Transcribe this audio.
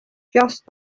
just